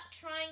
trying